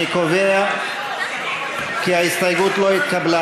אני קובע כי ההסתייגות לא התקבלה.